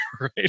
right